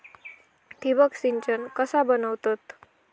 ठिबक सिंचन कसा बनवतत?